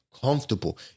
comfortable